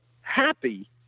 happy